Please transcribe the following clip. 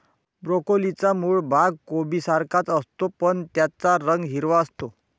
ब्रोकोलीचा मूळ भाग कोबीसारखाच असतो, पण त्याचा रंग हिरवा असतो